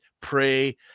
pray